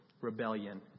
rebellion